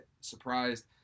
surprised